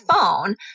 phone